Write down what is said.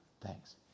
thanks